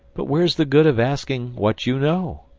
but where's the good of asking what you know?